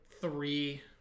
three